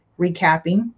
recapping